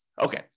Okay